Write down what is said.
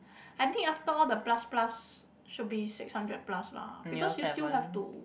I think after all the plus plus should be six hundred plus lah because you still have to